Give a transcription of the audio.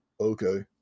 Okay